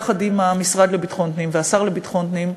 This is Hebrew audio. יחד עם המשרד לביטחון פנים והשר לביטחון פנים,